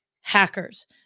hackers